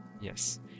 Yes